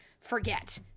forget